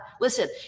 Listen